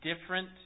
different